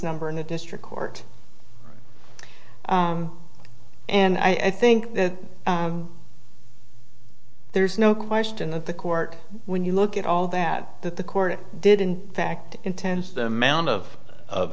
number in the district court and i think that there's no question that the court when you look at all that that the court did in fact intends them out of of